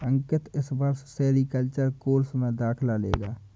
अंकित इस वर्ष sericulture course में दाखिला लेगा